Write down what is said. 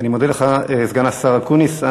אני מודה לך, סגן השר אקוניס.